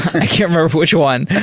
i can't remember which one.